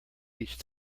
each